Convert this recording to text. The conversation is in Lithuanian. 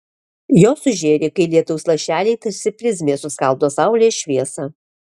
jos sužėri kai lietaus lašeliai tarsi prizmė suskaldo saulės šviesą